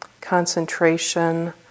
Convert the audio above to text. concentration